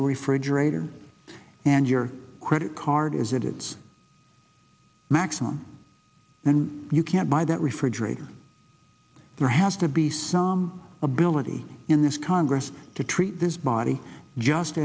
refrigerator and your credit card is at its maximum and you can't buy that refrigerator there has to be some ability in this congress to treat this body just